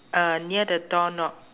uh near the door knob